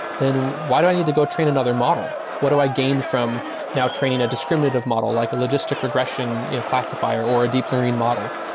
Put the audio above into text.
then why do i need to go train another model? what do i gain from now training a discriminative model, like a logistic regression you know classifier, or a deep learning model?